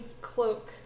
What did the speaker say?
cloak